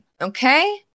okay